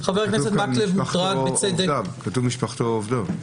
כתוב כאן: משפחתו או עובדיו.